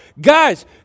Guys